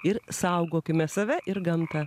ir saugokime save ir gamtą